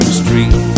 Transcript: street